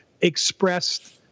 expressed